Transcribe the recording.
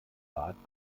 rat